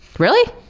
really?